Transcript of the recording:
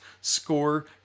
score